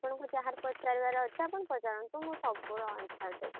ଆପଣଙ୍କୁ ଯାହାର ପଚାରିବାର ଅଛି ଆପଣ ପଚାରନ୍ତୁ ମୁଁ ସବୁୁର ଆନସର୍ ଦେବି